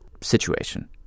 situation